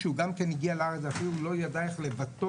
שהוא גם כן הגיע לארץ ואפילו לא ידע איך לבטא